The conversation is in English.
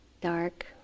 dark